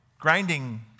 grinding